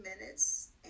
minutes